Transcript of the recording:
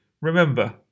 remember